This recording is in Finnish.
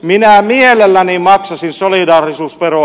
minä mielelläni maksaisin solidaarisuusveroa